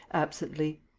absently.